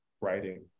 writing